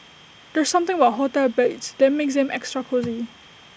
there's something about hotel beds that makes them extra cosy